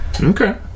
Okay